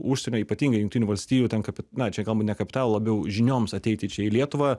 užsienio ypatingai jungtinių valstijų ten kap na čia kalbam ne apie kapitalą labiau žinioms ateiti čia į lietuvą